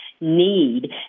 need